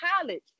college